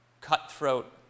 cutthroat